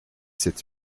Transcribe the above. sept